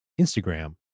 Instagram